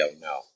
no